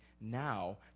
now